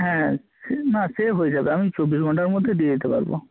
হ্যাঁ সে না সে হয়ে যাবে আমি চব্বিশ ঘন্টার মধ্যে দিয়ে দিতে পারবো